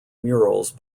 murals